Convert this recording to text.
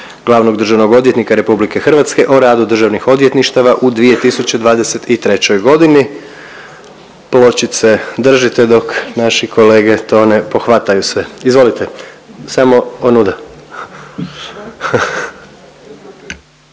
glavnog državnog odvjetnika RH o radu državnih odvjetništava u 2023.g.. Pločice držite dok naši kolege to ne pohvataju sve. Izvolite. **Turudić,